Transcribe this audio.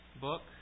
book